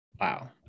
Wow